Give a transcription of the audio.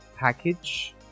package